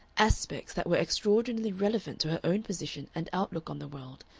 aspects that were extraordinarily relevant to her own position and outlook on the world,